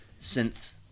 synth